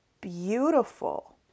beautiful